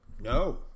no